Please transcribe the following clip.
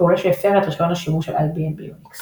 פעולה שהפרה את רישיון השימוש של IBM ביוניקס.